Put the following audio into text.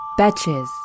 Betches